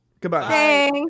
Goodbye